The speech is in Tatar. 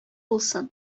булсын